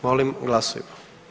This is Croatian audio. Molim glasujmo.